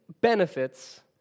benefits